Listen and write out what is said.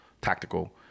tactical